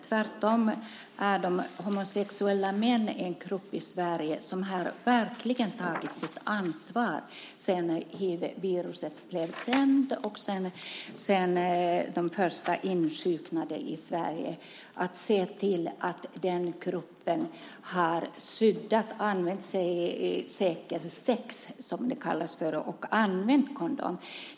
Tvärtom är de homosexuella männen den grupp i Sverige som sedan hiv blev känt och sedan de första insjuknade i Sverige verkligen har tagit sitt ansvar för att se till att den gruppen har använt sig av säkert sex, som det kallas för, och använt kondom.